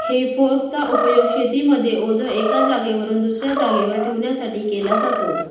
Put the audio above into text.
हे फोर्क चा उपयोग शेतीमध्ये ओझ एका जागेवरून दुसऱ्या जागेवर ठेवण्यासाठी केला जातो